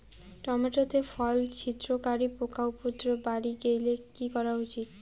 Tomato তে ফল ছিদ্রকারী পোকা উপদ্রব বাড়ি গেলে কি করা উচিৎ?